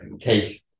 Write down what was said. take